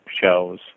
shows